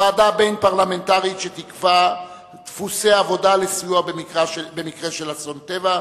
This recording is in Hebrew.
ועדה בין-פרלמנטרית שתקבע דפוסי עבודה לסיוע במקרה של אסון טבע,